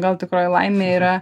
gal tikroji laimė yra